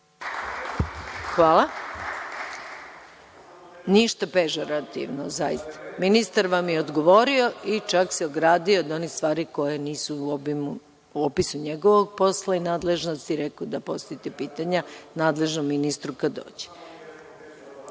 Replika.)Ništa pežorativno, zaista. Ministar vam je odgovorio i čak se ogradio od onih stvari koje nisu u opisu njegovog posla i nadležnosti. Rekao je da postavite pitanja nadležnom ministru kada dođe.